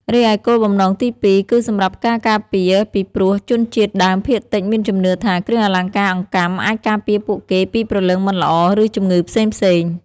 រីឯគោលបំណងទីពីរ គឺសម្រាប់ ការការពារ ពីព្រោះជនជាតិដើមភាគតិចមានជំនឿថា គ្រឿងអលង្ការអង្កាំអាចការពារពួកគេពីព្រលឹងមិនល្អ ឬជំងឺផ្សេងៗ។